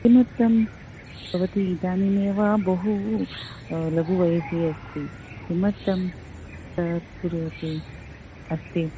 किमर्थं भवती इदनीमेव बहु लघुवयसि अस्ति किमर्थं कुर्वती अस्ति